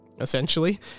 essentially